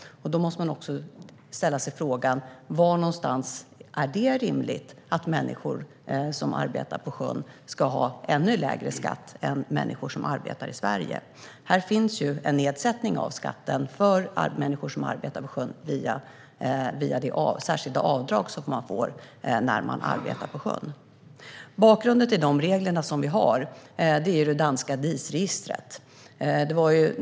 Då måste man ställa sig frågan om det är rimligt att människor som arbetar på sjön har ännu lägre skatt än människor som arbetar i Sverige. Det finns en nedsättning av skatten för dessa människor via det särskilda avdrag som man får när man arbetar på sjön. Bakgrunden till de regler som vi har är det danska DIS-registret.